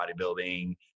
bodybuilding